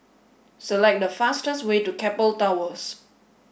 select the fastest way to Keppel Towers